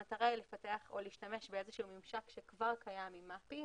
המטרה היא לפתח או להשתמש באיזשהו ממשק שכבר קיים ממפ"י,